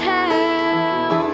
tell